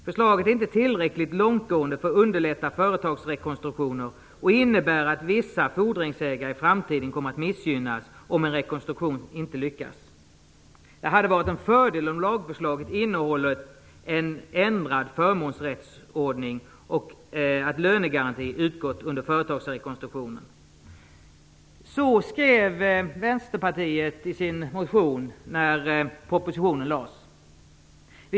Förslaget är inte tillräckligt långtgående för att underlätta företagsrekonstruktioner och innebär att vissa fordringsägare i framtiden kommer att missgynnas om en rekonstruktion inte lyckas. Det hade varit en fördel om lagförslaget hade innehållit en ändrad förmånsrättsordning samt förslag om att lönegaranti utgår under företagsrekonstruktion. Så skrev Vänsterpartiet i sin motion när propositionen lades fram.